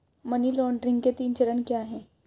Money laundering के तीन चरण क्या हैं?